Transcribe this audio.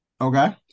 Okay